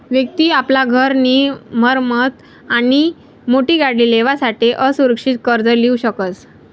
व्यक्ति आपला घर नी मरम्मत आणि मोठी गाडी लेवासाठे असुरक्षित कर्ज लीऊ शकस